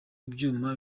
ibyuma